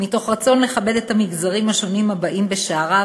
מתוך רצון לכבד את המגזרים השונים הבאים בשעריו.